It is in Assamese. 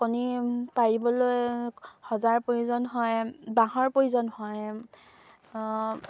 কণী পাৰিবলৈ সজাৰ প্ৰয়োজন হয় বাঁহৰ প্ৰয়োজন হয়